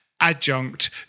adjunct